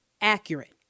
accurate